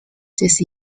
this